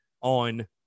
on